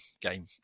game